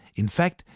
in fact,